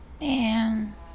Man